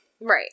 Right